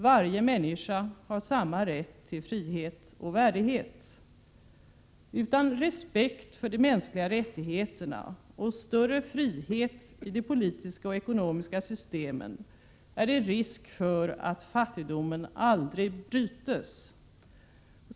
Varje människa har samma rätt till frihet och värdighet. Utan respekt för de mänskliga rättigheterna och större frihet i de politiska och ekonomiska systemen är det risk för att fattigdomen aldrig bryts.